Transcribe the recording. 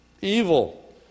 Evil